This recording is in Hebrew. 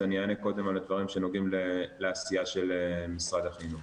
אז אני אענה קודם על הדברים שנוגעים לעשייה של משרד החינוך.